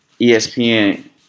ESPN